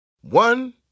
one